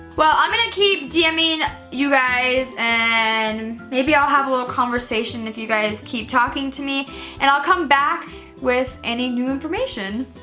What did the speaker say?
well i'm gonna keep dmning i mean you guys and maybe i'll have a little conversation if you guys keep talking to me and i'll come back with any new information.